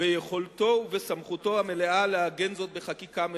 ביכולתו ובסמכותו המלאה לעגן זאת בחקיקה מפורשת".